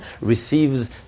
receives